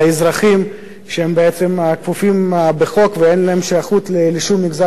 שהם בעצם כפופים לחוק ואין להם שייכות לשום מגזר שפטור.